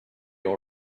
all